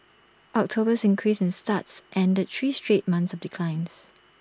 October's increase in starts ended three straight months of declines